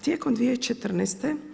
Tijekom 2014.